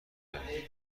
داریم